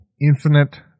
infinite